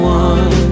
one